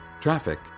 Traffic